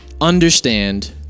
understand